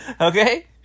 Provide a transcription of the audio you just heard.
Okay